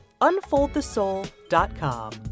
unfoldthesoul.com